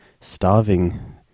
starving